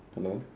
hello